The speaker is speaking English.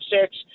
six